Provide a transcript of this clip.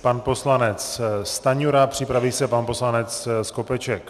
Pan poslanec Stanjura, připraví se pan poslanec Skopeček.